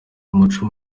umuco